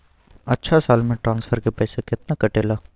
अछा साल मे ट्रांसफर के पैसा केतना कटेला?